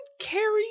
carry